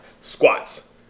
squats